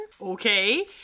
Okay